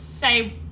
say